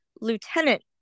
Lieutenant